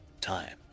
time